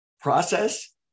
process